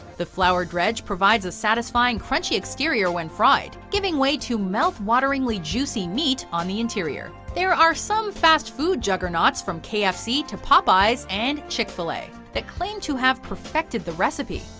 the flour dredge provides a satisfying crunchy exterior when fried, giving way to mouth-wateringly juicy meat on the interior. there are some fast food juggernauts from kfc to popeyes and chick-fil-a, that claim to have perfected the recipe,